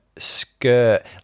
Skirt